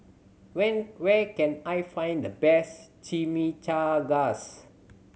when where can I find the best Chimichangas